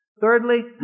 Thirdly